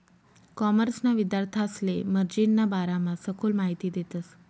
कॉमर्सना विद्यार्थांसले मार्जिनना बारामा सखोल माहिती देतस